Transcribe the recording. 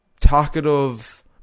talkative